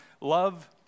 love